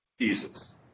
Jesus